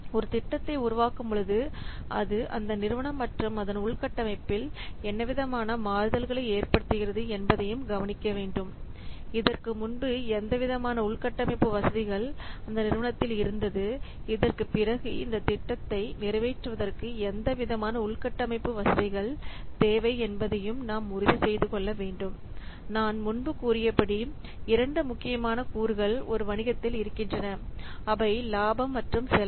ஒரு திட்டத்தை உருவாக்கும் பொழுது அது அந்த நிறுவனம் மற்றும் அதன் உள் கட்டமைப்பில் என்னவிதமான மாறுதல்களை ஏற்படுத்துகிறது என்பதையும் விவாதிக்க வேண்டும் இதற்கு முன்பு எந்தவிதமான உள்கட்டமைப்பு வசதிகள் அந்த நிறுவனத்தில் இருந்தது இதற்கு பிறகு இந்த திட்டத்தை நிறைவேற்றுவதற்கு எந்த விதமான உள்கட்டமைப்பு வசதிகள் தேவை என்பதையும் நாம் உறுதி செய்து கொள்ள வேண்டும் நான் முன்பு கூறியபடி இரண்டு முக்கியமான கூறுகள் ஒரு வணிகத்தில் இருக்கின்றன அவை லாபம் மற்றும் செலவு